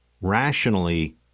rationally